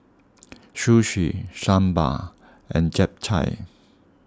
Sushi Sambar and Japchae